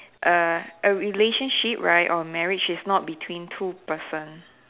err a relationship right or marriage is not between two person